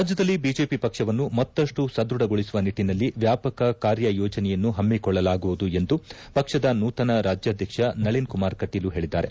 ರಾಜ್ಯದಲ್ಲಿ ಬಿಜೆಪಿ ಪಕ್ಷವನ್ನು ಮತ್ತಷ್ಟು ಸದೃಢಗೊಳಿಸುವ ನಿಟ್ಟನಲ್ಲಿ ವ್ಯಾಪಕ ಕಾರ್ಯಯೋಜನೆಯನ್ನು ಪಮ್ಮಿಕೊಳ್ಳಲಾಗುವುದು ಎಂದು ಪಕ್ಷದ ನೂತನ ರಾಜ್ಯಾಧ್ವಕ್ಷ ನಳಿನ್ ಕುಮಾರ್ ಕಟೀಲು ಹೇಳಿದ್ದಾರೆ